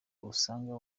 usanga